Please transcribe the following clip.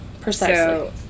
precisely